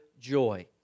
joy